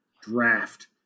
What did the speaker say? draft